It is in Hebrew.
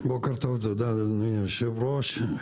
בוקר טוב תודה לאדוני היושב ראש.